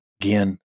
again